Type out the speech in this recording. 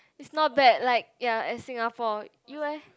is not bad like ya at Singapore you eh